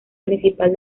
principal